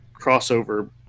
crossover